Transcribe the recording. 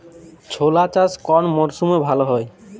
ছোলা চাষ কোন মরশুমে ভালো হয়?